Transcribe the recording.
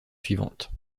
suivante